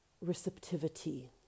receptivity